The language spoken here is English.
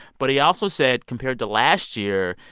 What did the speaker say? but he also said, compared to last year,